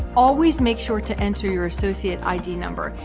always make sure to enter your associate id number,